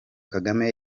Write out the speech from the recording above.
kagame